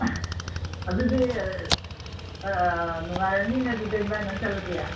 ꯑꯗꯨꯗꯤ ꯅꯨꯡꯉꯥꯏꯔꯅꯤꯅꯦ ꯑꯗꯨꯗꯤ ꯏꯕꯥꯟꯅꯤꯗꯪ ꯆꯠꯂꯗꯤ